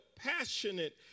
passionate